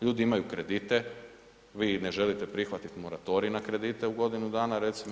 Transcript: Ljudi imaju kredite, vi ne želite prihvatiti moratorij na kredite u godinu dana recimo.